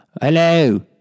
hello